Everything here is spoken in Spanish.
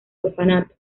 orfanato